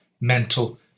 mental